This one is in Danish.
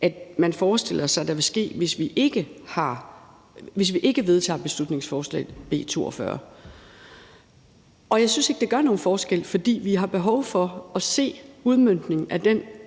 er, man forestiller sig der vil ske, hvis vi ikke vedtager beslutningsforslag B 42. Jeg synes ikke, det gør nogen forskel, for vi har behov for at se udmøntningen af den